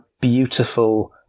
beautiful